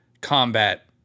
combat